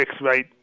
right